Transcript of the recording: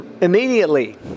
immediately